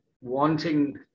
wanting